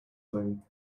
thing